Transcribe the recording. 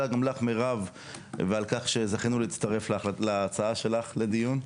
גם לך מירב ועל כך שזכינו להצטרף להצעה שלך לדיון.